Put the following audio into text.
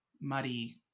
muddy